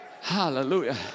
Hallelujah